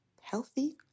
healthy